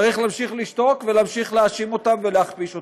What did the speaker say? צריך להמשיך לשתוק ולהמשיך להאשים אותם ולהכפיש אותם.